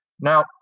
Now